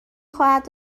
خواهد